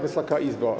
Wysoka Izbo!